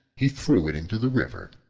he threw it into the river,